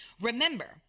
Remember